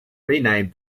renamed